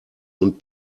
und